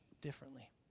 differently